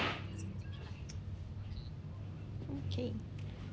okay